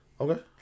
Okay